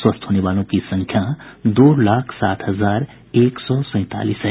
स्वस्थ होने वालों की संख्या दो लाख साठ हजार एक सौ सैंतालीस है